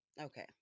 Okay